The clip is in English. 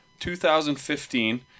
2015